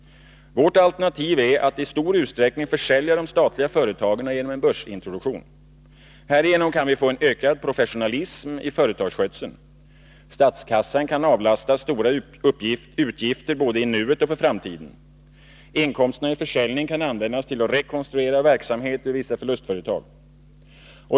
Vårt alternativ är att i stor utsträckning försälja de statliga företagen genom en börsintroduktion. Härigenom kan vi få en ökad professionalism i företagsskötseln. Statskassan kan avlastas stora utgifter både i nuet och för framtiden. Inkomsterna vid försäljningen kan användas till att rekonstruera verksamheten vid vissa förlustföretag.